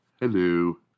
Hello